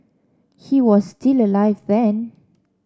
he was still alive then